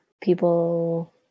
people